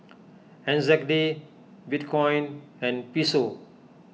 N Z D Bitcoin and Peso